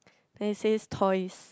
then it says toys